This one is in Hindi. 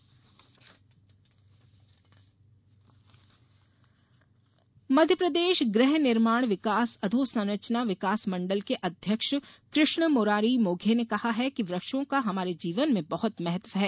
मोघे मध्यप्रदेश गृह निर्माण विकास अधोसंरचना विकास मण्डल के अध्यक्ष कृष्णमुरारी मोघे ने कहा है कि वृक्षों का हमारे जीवन में बहुत महत्व है